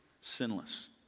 Sinless